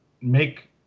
make